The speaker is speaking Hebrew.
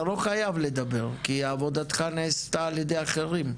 אתה לא חייב לדבר כי עבודתך נעשתה על ידי אחרים.